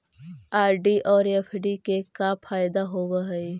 RD और FD के का फायदा होव हई?